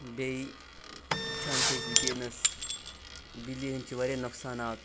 بیٚیہِ وٕچھان چھِ أسۍ وٕکٮ۪نَس بِجلی ہٕنٛدۍ چھِ واریاہ نۄقصانات